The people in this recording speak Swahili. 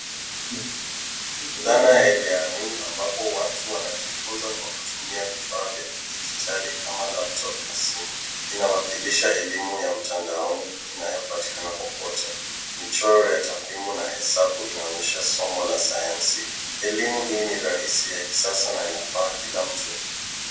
Dhana ya e-learning ambapo watu wanajifunza kwa kutumia vifaa vya kidijitali kama laptop na simu. Inawakilisha elimu ya mtandaoni inayopatikana popote. Michoro ya takrimu na hesabu inaonyesha somo la sayansi. Elimu hii ni rahisi ya kisasa na inafaa kila mtu.